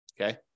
Okay